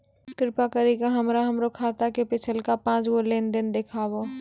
कृपा करि के हमरा हमरो खाता के पिछलका पांच गो लेन देन देखाबो